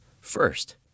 First